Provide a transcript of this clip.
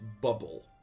bubble